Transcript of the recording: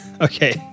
Okay